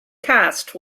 cast